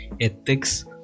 ethics